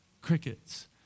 crickets